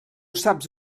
saps